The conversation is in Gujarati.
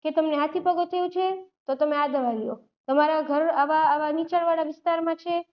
કે તમને હાથી પગું થયું છે તો તમે આ દવા લો તમારાં ઘર આવા આવા નીચાણવાળા વિસ્તારમાં છે